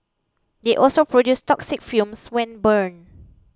they also produce toxic fumes when burned